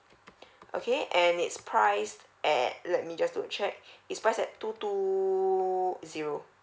okay and it's priced at let me just to check is priced at two two zero